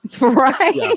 right